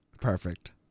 perfect